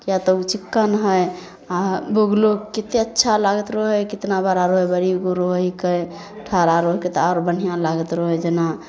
किए तऽ ओ चिक्कन हइ आ बोगुलो कत्ते अच्छा लागैत रहै हइ कितना बड़ा रहै रहै हिके ठार आर रहै हिके तऽ आर बढ़िऑं लागैत रहै जेना